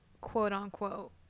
quote-unquote